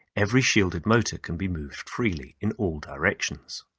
every shielded motor can be moved freely in all directions.